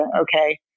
okay